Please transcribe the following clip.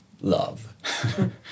love